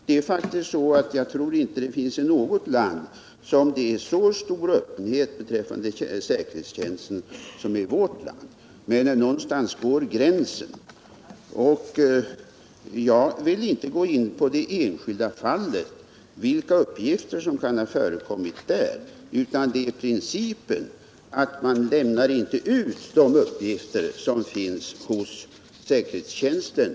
Jag tror faktiskt inte det finns något annat land där öppenheten beträffande säkerhetstjänsten är så stor som i vårt land. Men någonstans går gränsen. Jag vill inte gå in på det enskilda fallet och vilka uppgifter som kan ha förekommit där. Vad det gäller är principen att man inte lämnar ut uppgifter som finns hos säkerhetstjänsten.